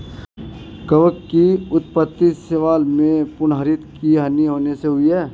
कवक की उत्पत्ति शैवाल में पर्णहरित की हानि होने से हुई है